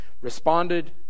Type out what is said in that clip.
responded